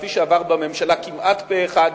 כפי שעבר בממשלה כמעט פה-אחד,